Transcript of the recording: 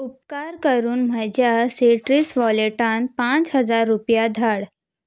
उपकार करून म्हज्या सिट्रीस वॉलेटांत पांच हजार रुपया धाड